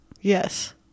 Yes